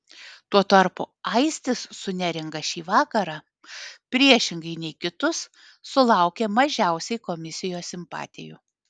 tuo tarpu aistis su neringa šį vakarą priešingai nei kitus sulaukė mažiausiai komisijos simpatijų